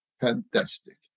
fantastic